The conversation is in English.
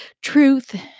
truth